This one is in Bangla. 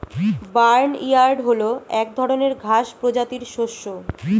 বার্নইয়ার্ড হল এক ধরনের ঘাস প্রজাতির শস্য